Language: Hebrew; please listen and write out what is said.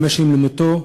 חמש שנים למותו.